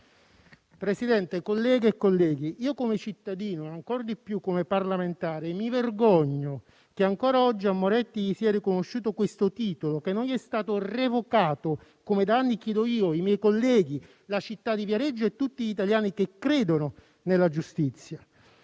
Presidente, colleghe e colleghi, io come cittadino e ancor di più come parlamentare mi vergogno che ancora oggi a Moretti sia riconosciuto questo titolo, che non gli è stato revocato, come da anni chiediamo io, i miei colleghi, la città di Viareggio e tutti gli italiani che credono nella giustizia.